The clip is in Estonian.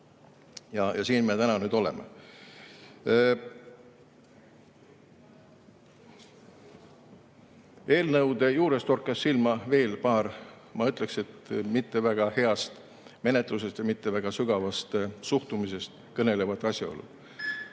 Ja siin me täna oleme. Eelnõude juures torkas silma veel paar, ma ütleksin, mitte väga heast menetlusest ja mitte väga sügavast suhtumisest kõnelevat asjaolu.